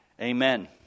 amen